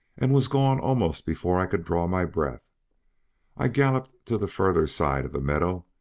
and was gone almost before i could draw my breath i galloped to the further side of the meadow,